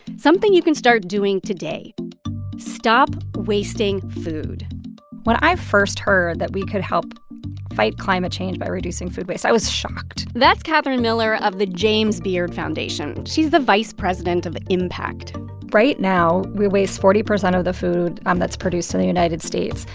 something you can start doing today stop wasting food when i first heard that we could help fight climate change by reducing food waste, i was shocked that's catherine miller of the james beard foundation. she's the vice president of impact right now, we waste forty percent of the food um that's produced in the united states,